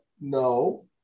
no